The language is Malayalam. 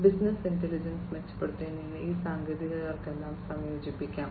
ബിസിനസ്സ് ഇന്റലിജൻസ് മെച്ചപ്പെടുത്തുന്നതിന് ഈ സാങ്കേതികതകളെല്ലാം സംയോജിപ്പിക്കും